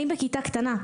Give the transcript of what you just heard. אני בכיתה קטנה,